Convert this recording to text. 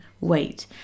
wait